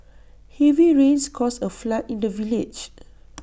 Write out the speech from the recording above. heavy rains caused A flood in the village